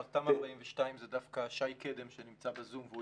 תמ"א/42 זה דווקא שי קדם שנמצא בזום והוא